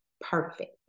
perfect